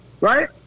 Right